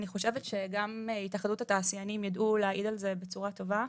אני חושבת שגם התאחדות התעשיינים ידעו להעיד על זה בצורה טובה,